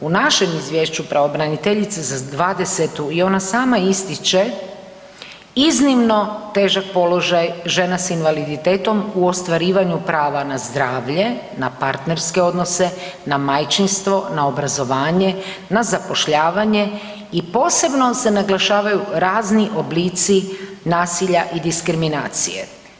U našem izvješću pravobraniteljice za 2020. i onda sama ističe iznimno težak položaj žena s invaliditetom u ostvarivanju prava na zdravlje, na partnerske odnose, na majčinstvo, na obrazovanje, na zapošljavanje i posebno se naglašavaju razni oblici nasilja i diskriminacije.